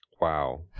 Wow